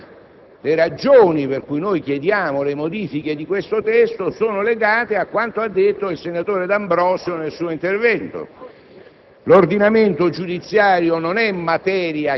Vorrei richiamare solo che le ragioni per cui chiediamo le modifiche di questo testo sono legate a quanto ha detto il senatore D'Ambrosio nel suo intervento: